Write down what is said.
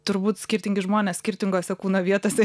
turbūt skirtingi žmonės skirtingose kūno vietose